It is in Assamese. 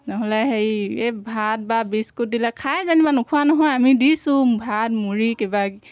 নহ'লে হেৰি এই ভাত বা বিস্কুট দিলে খাই যেনিবা নোখোৱা নহয় আমি দিছোঁ ভাত মুড়ি কিবা